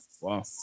Wow